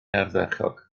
ardderchog